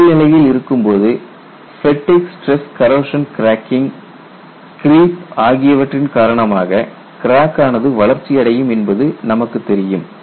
செயல் நிலையில் இருக்கும்போது fatigue stress corrosion cracking creep ஆகியவற்றின் காரணமாக கிராக் ஆனது வளர்ச்சி அடையும் என்பது நமக்கு தெரியும்